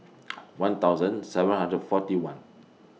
one thousand seven hundred forty one